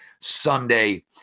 Sunday